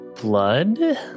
blood